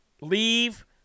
Leave